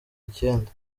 icyenda